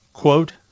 Quote